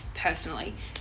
personally